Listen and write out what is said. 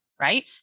right